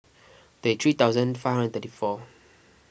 thirty three thousand five hundred thirty four